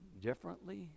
differently